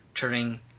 turning